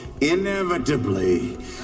inevitably